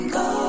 go